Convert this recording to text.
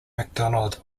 mcdonald